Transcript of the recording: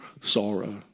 sorrow